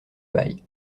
bail